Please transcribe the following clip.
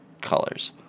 colors